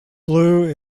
blue